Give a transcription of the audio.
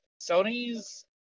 sony's